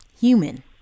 human